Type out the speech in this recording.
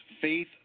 faith